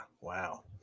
Wow